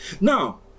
Now